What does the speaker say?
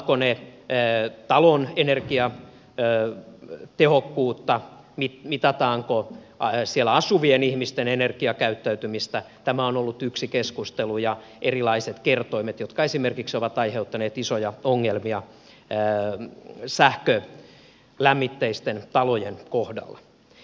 mittaavatko ne talon energiatehokkuutta mitataanko siellä asuvien ihmisten energiakäyttäytymistä tämä on ollut yksi keskustelu ja erilaiset kertoimet jotka esimerkiksi ovat aiheuttaneet isoja ongelmia sähkölämmitteisten talojen kohdalla